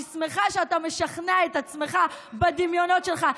אני שמחה שאתה משכנע את עצמך בדמיונות שלך.